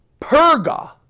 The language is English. Perga